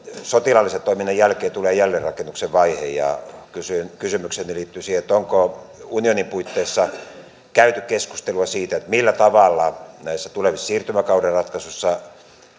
sotilaallisen toiminnan jälkeen tulee jälleenrakennuksen vaihe ja kysymykseni liittyy siihen onko unionin puitteissa käyty keskustelua siitä millä tavalla näissä tulevissa siirtymäkauden ratkaisuissa